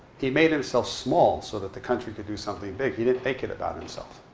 he made himself small so that the country could do something big. he didn't make it about himself.